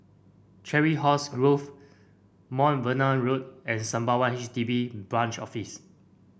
Chiselhurst Grove Mount Vernon Road and Sembawang H D B Branch Office